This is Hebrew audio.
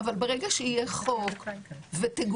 אבל ברגע שיהיה חוק ויגובשו